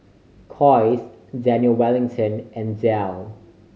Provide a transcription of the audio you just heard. Kose Daniel Wellington and Dell